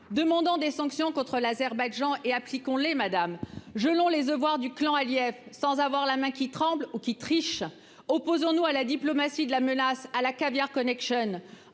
demandant des sanctions contre l'Azerbaïdjan et appliquons-les madame je long les avoirs du clan Aliev sans avoir la main qui tremble ou qui trichent opposons-nous à la diplomatie de la menace à la caviar Connection